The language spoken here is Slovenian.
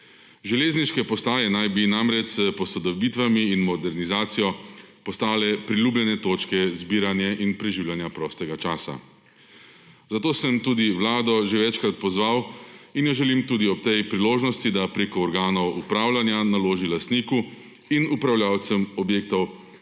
Železniške postaje naj bi namreč s posodobitvami in modernizacijo postale priljubljene točka zbiranja in preživljanje prostega časa. Zato sem tudi Vlado že večkrat pozval in jo želim tudi ob tej priložnosti, da preko organov upravljanja naloži lastniku in upravljavcem objektov,